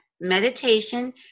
meditation